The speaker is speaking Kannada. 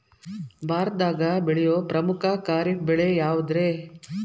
ಭಾರತದಾಗ ಬೆಳೆಯೋ ಪ್ರಮುಖ ಖಾರಿಫ್ ಬೆಳೆ ಯಾವುದ್ರೇ?